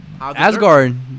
asgard